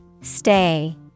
Stay